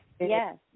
Yes